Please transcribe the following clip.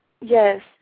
Yes